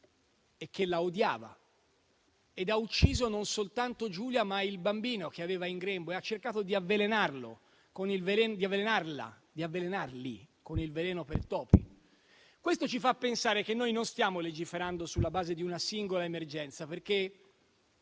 che la odiava e che ha ucciso non soltanto Giulia, ma anche il bambino che aveva in grembo, cercando di avvelenarli con il veleno per topi. Questo ci fa pensare che noi non stiamo legiferando sulla base di una singola emergenza perché